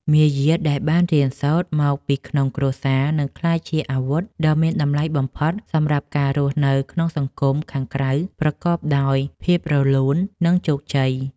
មារយាទដែលបានរៀនសូត្រមកពីក្នុងគ្រួសារនឹងក្លាយជាអាវុធដ៏មានឥទ្ធិពលបំផុតសម្រាប់ការរស់នៅក្នុងសង្គមខាងក្រៅប្រកបដោយភាពរលូន និង ជោគជ័យ។